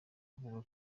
avuga